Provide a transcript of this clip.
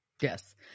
Yes